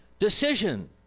decision